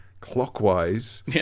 clockwise